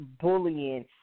bullying